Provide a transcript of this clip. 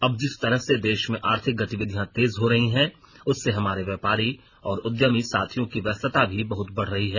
अब जिस तरह से देश में आर्थिक गतिविधियां तेज हो रही हैं उससे हमारे व्यापारी और उद्यमी साथियों की व्यस्तता भी बहत बढ़ रही है